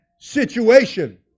situation